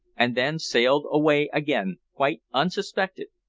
and then sailed away again, quite unsuspected,